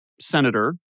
senator